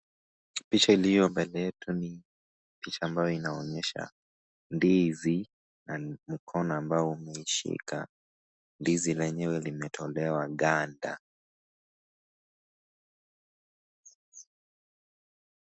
Picha iliyo mbele yetu, ni picha ambayo inaonyesha ndizi na mkono ambao umeshika ndizi lenyewe limetolewa ganda.